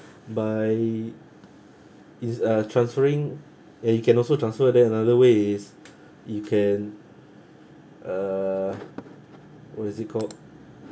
by is uh transferring and you can also transfer then another way is you can uh what is it called